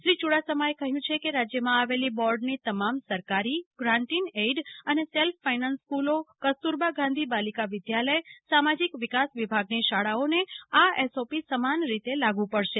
શ્રી યુડાસમાએ કહ્યુ છે કે રાજયમાં આવેલી બોર્ડની તમામ સરકારી ગ્રાન્ટ ઇન એઇડ અને સેલ્ફ ફાયનાન્સ સ્કલો કસ્તુરબા ગાંધી બાલિકા વિદ્યાલય સામાજિક વિકાસ વિભાગની શાળાઓને આ એસઓપી સમાન રીતે લાગુ પડશે